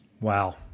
Wow